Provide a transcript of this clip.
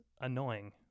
annoying